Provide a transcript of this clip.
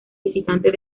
visitantes